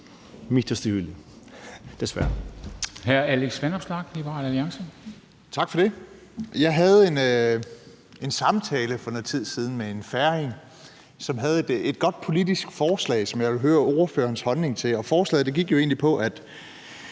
Liberal Alliance. Kl. 21:21 Alex Vanopslagh (LA) : Tak for det. Jeg havde en samtale for noget tid siden med en færing, som havde et godt politisk forslag, som jeg vil høre ordførerens holdning til. Forslaget gik på, at